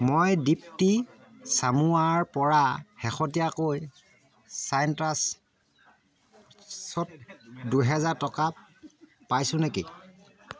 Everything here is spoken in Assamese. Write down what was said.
মই দীপ্তী চামুৱাৰপৰা শেহতীয়াকৈ চাইট্ৰাছত দুহেজাৰ টকা পাইছোঁ নেকি